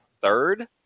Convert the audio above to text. third